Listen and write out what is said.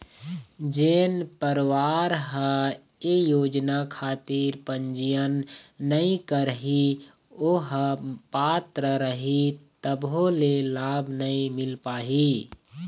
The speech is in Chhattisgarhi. जेन परवार ह ये योजना खातिर पंजीयन नइ करही ओ ह पात्र रइही तभो ले लाभ नइ मिल पाही